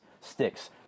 sticks